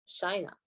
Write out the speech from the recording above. China